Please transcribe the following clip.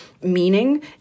meaning